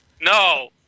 No